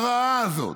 הרעה הזאת,